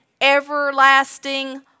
everlasting